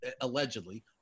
allegedly